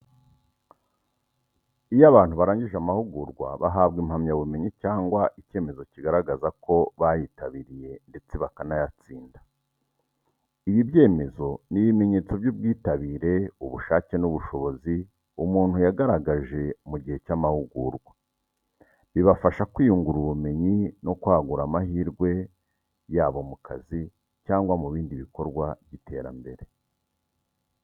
Iyo abantu barangije amahugurwa, bahabwa impamyabumenyi cyangwa icyemezo kigaragaza ko bayitabiriye ndetse bakanayatsinda. Ibi byemezo ni ibimenyetso by’ubwitabire, ubushake n’ubushobozi umuntu yagaragaje mu gihe cy’amahugurwa. Bibafasha kwiyungura ubumenyi no kwagura amahirwe yabo mu kazi cyangwa mu bindi bikorwa by’iterambere.